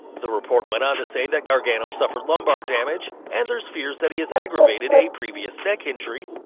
the report went on to say that gargano suffered lumbar damage and there's fears that he has aggrevated a previous neck injury,